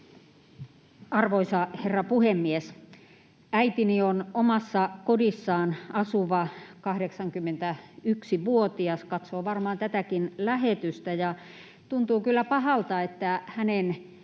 Arvoisa herra puhemies! Äitini on omassa kodissaan asuva 81-vuotias — katsoo varmaan tätäkin lähetystä — ja tuntuu kyllä pahalta, että hänen